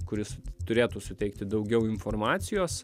kuris turėtų suteikti daugiau informacijos